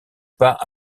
pas